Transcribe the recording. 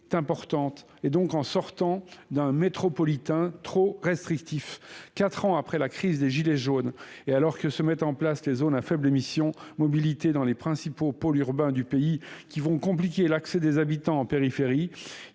est importante, etc, en sortant d'un métropolitain trop restrictif quatre ans après la crise des gilets jaunes et alors que se mettent en place les zones à faibles émissions mobilité dans les principaux pôles urbains du pays, qui vont compliquer l'accès des habitants en périphérie